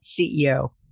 CEO